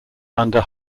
under